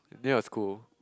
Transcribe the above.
near your school